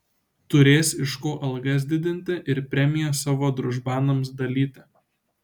turės iš ko algas didinti ir premijas savo družbanams dalyti